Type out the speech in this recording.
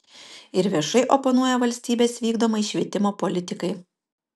ir viešai oponuoja valstybės vykdomai švietimo politikai